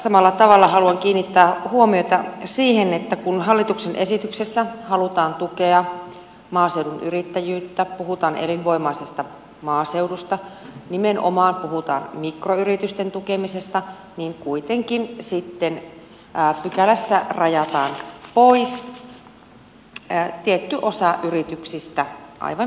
samalla tavalla haluan kiinnittää huomiota siihen että kun hallituksen esityksessä halutaan tukea maaseudun yrittäjyyttä puhutaan elinvoimaisesta maaseudusta nimenomaan puhutaan mikroyritysten tukemisesta niin kuitenkin sitten pykälässä rajataan pois tietty osa yrityksistä aivan selkeästi